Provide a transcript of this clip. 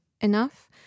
enough